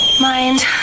Mind